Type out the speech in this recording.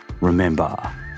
remember